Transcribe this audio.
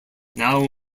now